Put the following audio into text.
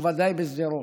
ובוודאי בשדרות,